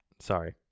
sorry